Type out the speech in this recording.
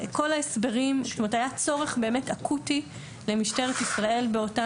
היה צורך באמת אקוטי למשטרת ישראל באותה